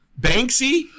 Banksy